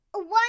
One